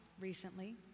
recently